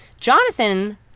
Jonathan